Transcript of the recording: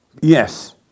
Yes